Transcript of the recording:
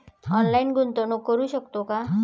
Online गुंतवणूक करू शकतो का?